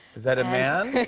is that a man?